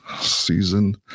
season